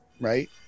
right